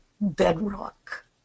bedrock